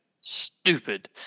Stupid